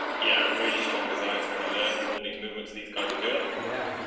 yeah, really strong desire to want to learn all these movements these guys are doing yeah